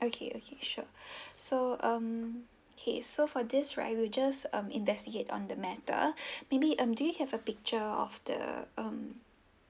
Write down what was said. okay okay sure so um okay so for this right we'll just um investigate on the matter maybe um do you have a picture of the um